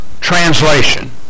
translation